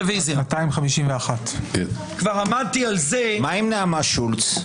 רוויזיה 251. כבר עמדתי על זה --- מה עם נעמה שולץ,